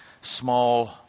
small